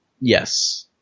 Yes